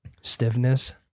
Stiffness